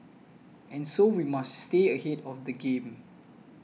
and so we must stay ahead of the game